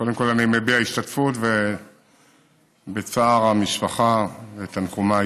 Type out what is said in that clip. קודם כול אני מביע השתתפות בצער המשפחה ואת תנחומיי,